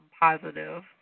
positive